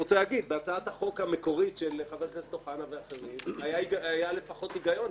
בהצעת החוק המקורית של חבר הכנסת אוחנה ואחרים היה לפחות היגיון,